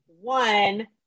one